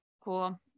Cool